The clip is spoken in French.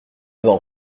vent